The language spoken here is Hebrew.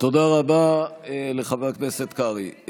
תודה רבה לחבר הכנסת קרעי.